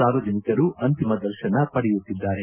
ಸಾರ್ವಜನಿಕರು ಅಂತಿಮ ದರ್ಶನ ಪಡೆಯುತ್ತಿದ್ದಾರೆ